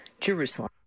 Jerusalem